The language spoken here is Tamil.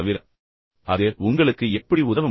இப்போது அது உங்களுக்கு எப்படி உதவ முடியும்